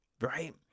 right